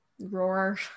roar